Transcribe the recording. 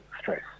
stress